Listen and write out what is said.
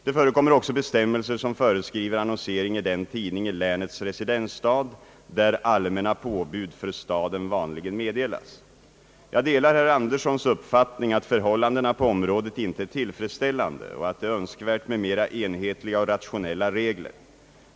Det förekommer också bestämmelser som föreskriver annonsering i den tidning i länets residensstad »där allmänna påbud för staden vanligen meddelas». Jag delar herr Anderssons uppfattning att förhållandena på området inte är tillfredsställande och att det är önskvärt med mera enhetliga och rationella regler.